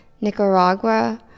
Nicaragua